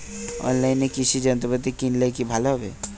অনলাইনে কৃষি যন্ত্রপাতি কিনলে কি ভালো হবে?